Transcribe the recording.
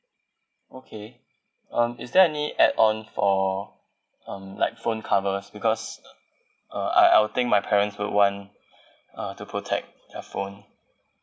okay um is there any add on for um like phone covers because uh I'll think my parents will want uh to protect their phone